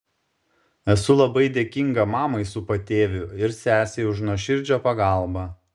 esu labai dėkinga mamai su patėviu ir sesei už nuoširdžią pagalbą